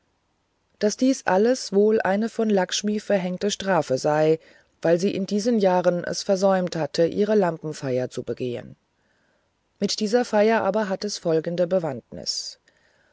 daß dies alles wohl eine von lackshmilackshmi gattin vishnus die göttin des glücks verhängte strafe sei weil sie in diesen jahren es versäumt hatten ihre lampenfeier zu begehen mit dieser feier aber hatte es folgende bewandtnis